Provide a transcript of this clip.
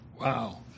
Wow